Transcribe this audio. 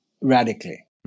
radically